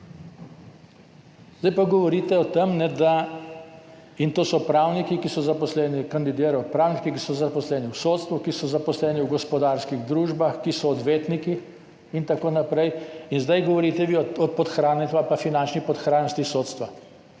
za eno sodniško mesto. In to so pravniki, ki so zaposleni, kandidirajo pravniki, ki so zaposleni v sodstvu, ki so zaposleni v gospodarskih družbah, ki so odvetniki in tako naprej. In zdaj govorite vi o podhranjenosti ali pa o finančni podhranjenosti sodstva.